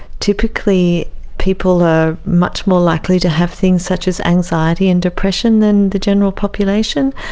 typically people are much more likely to have things such as anxiety and depression than the general population.